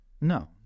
No